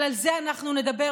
והמדינה צריכה לדאוג